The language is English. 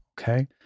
Okay